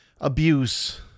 abuse